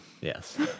Yes